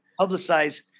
Publicize